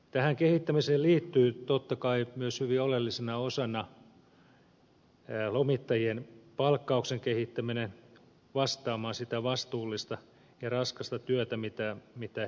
tähän kehittämiseen liittyy totta kai myös hyvin oleellisena osana lomittajien palkkauksen kehittäminen vastaamaan sitä vastuullista ja raskasta työtä mitä he tekevät